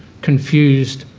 confused,